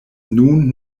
nun